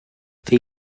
they